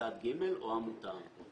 צד ג' או המוטב.